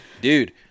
Dude